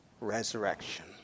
resurrection